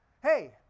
Hey